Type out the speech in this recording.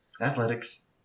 Athletics